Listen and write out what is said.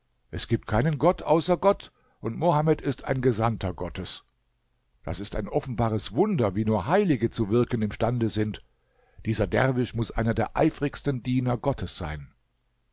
es gibt keinen gott außer gott und mohammed ist ein gesandter gottes das ist ein offenbares wunder wie nur heilige zu wirken imstande sind dieser derwisch muß einer der eifrigsten diener gottes sein